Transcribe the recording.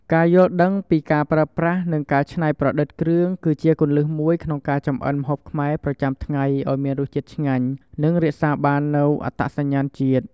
ការយល់ដឹងពីការប្រើប្រាស់ និងការច្នៃប្រឌិតគ្រឿង គឺជាគន្លឹះមួយក្នុងការចម្អិនម្ហូបខ្មែរប្រចាំថ្ងៃឱ្យមានរសជាតិឆ្ងាញ់ និងរក្សាបាននូវអត្តសញ្ញាណជាតិ។